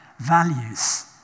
values